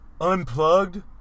unplugged